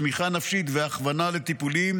תמיכה נפשית והכוונה לטיפולים,